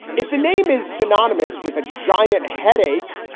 if the name is synonymous with a giant headache,